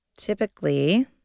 Typically